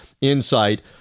insight